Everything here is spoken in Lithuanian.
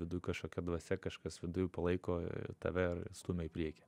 viduj kažkokia dvasia kažkas viduj palaiko tave ir stumia į priekį